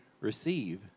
receive